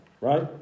Right